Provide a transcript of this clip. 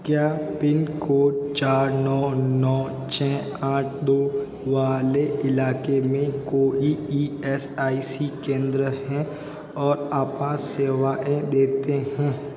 क्या पिनकोड चार नौ नौ छः आठ दो वाले इलाके में कोई ई एस आई सी केंद्र हैं और आपात सेवाएँ देते हैं